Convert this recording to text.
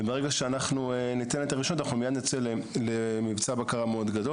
וברגע שניתן את הרישיונות מיד נצא למבצע בקרה גדול מאוד,